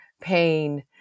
pain